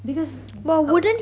because uh